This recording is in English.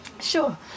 Sure